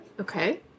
Okay